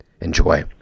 Enjoy